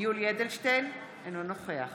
יולי יואל אדלשטיין, אינו נוכח